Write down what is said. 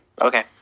Okay